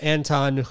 Anton